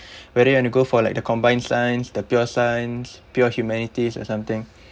whether you want to go for like the combined science the pure science pure humanities or something